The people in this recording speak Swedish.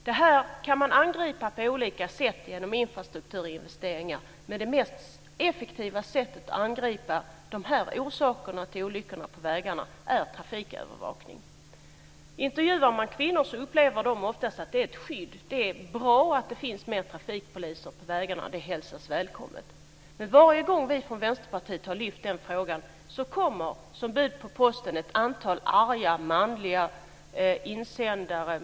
Det här kan man angripa på olika sätt genom infrastrukturinvesteringar, men det mest effektiva sättet att angripa de här orsakerna till olyckor på vägarna är trafikövervakning. Om man intervjuar kvinnor finner man att de oftast upplever att det är ett skydd. Det är bra att det finns mer trafikpoliser på vägarna. Det hälsas välkommet. Men varje gång som vi från Vänsterpartiet har lyft upp den frågan kommer det som ett bud från posten ett antal arga manliga insändare.